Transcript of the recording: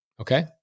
Okay